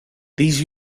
these